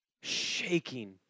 shaking